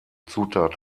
zutat